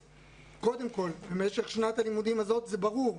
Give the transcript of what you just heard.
קודם כול, במשך שנת הלימודים הזאת, זה ברור.